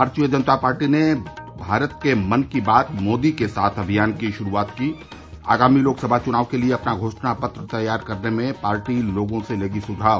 भारतीय जनता पार्टी ने भारत के मन की बात मोदी के साथ अभियान की शुरूआत की आगामी लोकसभा चुनाव के लिए अपना घोषणा पत्र तैयार करने में पार्टी लोगों से लेगी सुझाव